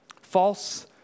False